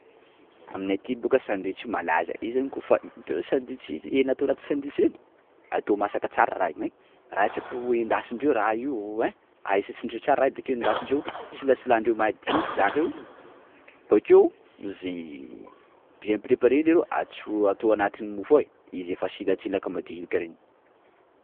Aminay aty bôka sandwich io malaza! Io zany kôfa itanao sandwitch hena atao anaty sandwitch reny? _x000D_ Atao masaka tsara raha io ein! _x000D_ Raha io tsy haiko endasindreo raha io, ein! _x000D_ Ahisatrandreo tsara raha io, bakeo endasindreo, silatsilahindreo madinika zaka io; bakeo ze bien préparé leroa atso- atao anatin'ny mofo ao e! _x000D_ izy efa silatsilaka madinika reny.